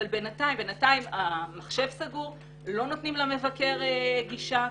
אבל בינתיים המחשב סגור ולא נותנים למבקר גישה,